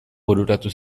bururatu